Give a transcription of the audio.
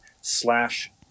slash